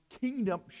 kingdom